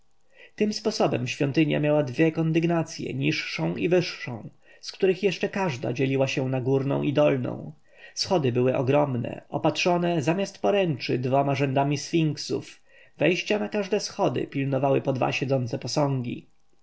tym sposobem świątynia miała dwie kondygnacje niższą i wyższą z których jeszcze każda dzieliła się na górną i dolną schody były ogromne opatrzone zamiast poręczy dwoma rzędami sfinksów wejścia na każde schody pilnowały po dwa siedzące posągi